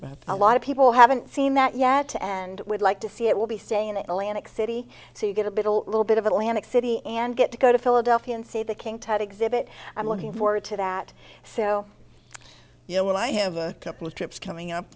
about a lot of people haven't seen that yet and would like to see it will be staying in atlantic city so you get a bit a little bit of atlantic city and get to go to philadelphia and see the king tut exhibit i'm looking forward to that so you know what i have a couple of trips coming up